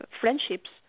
friendships